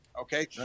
okay